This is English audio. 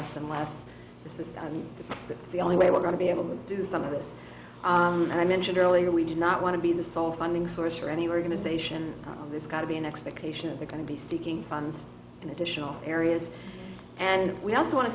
less and less this is the only way we're going to be able to do some of this and i mentioned earlier we did not want to be the sole funding source for any organization there's got to be an expectation they're going to be seeking funds in additional areas and we also want